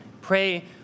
Pray